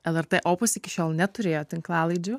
lrt opus iki šiol neturėjo tinklalaidžių